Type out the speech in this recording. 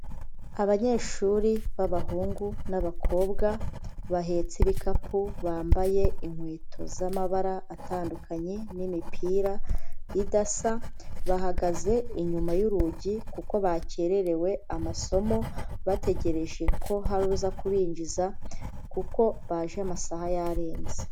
Abanyeshuri b'abahungu n'abakobwa bahetse ibikapu, bambaye inkweto z'amabara atandukanye n'imipira idasa, bahagaze inyuma y'urugi kuko bakererewe amasomo, bategereje ko haruza kubinjiza kuko baje amasaha yarenze.